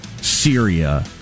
Syria